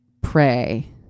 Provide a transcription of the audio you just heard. pray